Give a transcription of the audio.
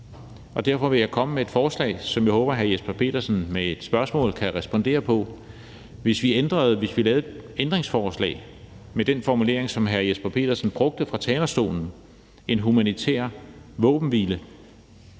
og derfor vil jeg komme med et forslag, som jeg håber hr. Jesper Petersen med et spørgsmål kan respondere på: Hvis vi sammen stillede et ændringsforslag med den formulering, som hr. Jesper Petersen brugte fra talerstolen, nemlig en humanitær våbenhvile